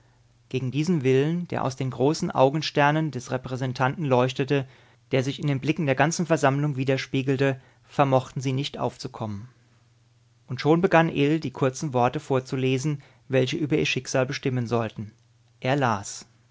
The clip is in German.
gegen diesen willen der aus den großen augensternen des repräsentanten leuchtete der sich in den blicken der ganzen versammlung widerspiegelte vermochten sie nicht aufzukommen und schon begann ill die kurzen worte vorzulesen welche über ihr schicksal bestimmen sollten er las